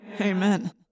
Amen